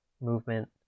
movement